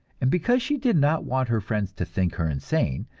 and because she did not want her friends to think her insane,